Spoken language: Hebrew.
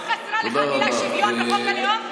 לא חסרה לך המילה "שוויון" בחוק הלאום?